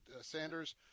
Sanders